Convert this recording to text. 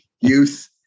Youth